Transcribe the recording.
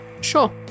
Sure